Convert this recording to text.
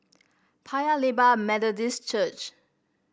Paya Lebar Methodist Church